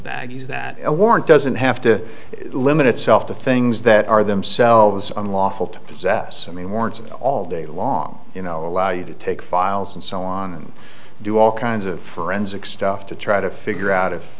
baggies that a warrant doesn't have to limit itself to things that are themselves unlawful to possess i mean more to go all day long you know allow you to take files and so on and do all kinds of forensic stuff to try to figure out if